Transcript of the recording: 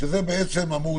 שזה בעצם אמור